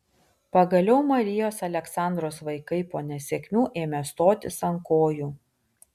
pagaliau marijos aleksandros vaikai po nesėkmių ėmė stotis ant kojų